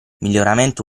miglioramento